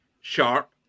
sharp